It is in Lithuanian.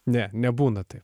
ne nebūna taip